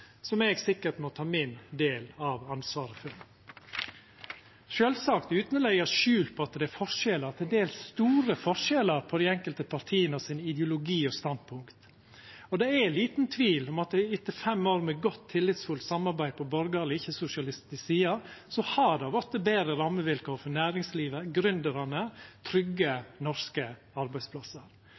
som eg sikkert må ta min del av ansvaret for. Det er sjølvsagt utan å leggja skjul på at det er forskjellar, til dels store forskjellar, på ideologi og standpunkt i dei enkelte partia. Det er liten tvil om at det etter fem år med godt tillitsfullt samarbeid på borgarleg, ikkje-sosialistisk side har vorte betre rammevilkår for næringslivet, gründerane, trygge norske arbeidsplassar